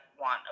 want